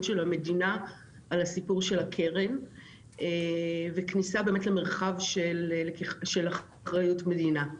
של המדינה על הקרן וכניסה למרחב של אחריות מדינה.